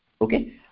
Okay